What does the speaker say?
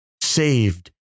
saved